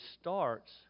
starts